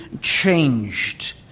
changed